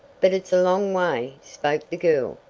but it's a long way, spoke the girl.